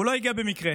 הוא לא הגיע במקרה,